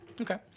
Okay